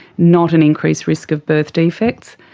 not an increased risk of birth defects.